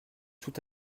tout